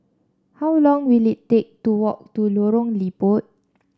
how long will it take to walk to Lorong Liput